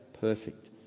perfect